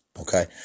Okay